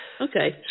Okay